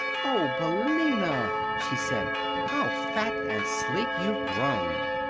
oh, billina! she said how fat and sleek you've grown.